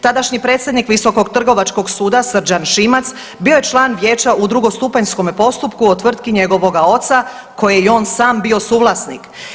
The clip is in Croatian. Tadašnji predsjednik Visokog trgovačkog suda, Srđan Šimac bio je član vijeća u drugostupanjskome postupku u tvrtki njegovoga oca koje je i on sam bio suvlasnik.